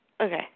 Okay